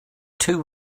two